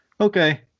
Okay